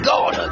God